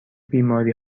بیماری